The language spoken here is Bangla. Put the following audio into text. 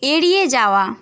এড়িয়ে যাওয়া